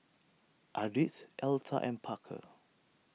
Ardith Elsa and Parker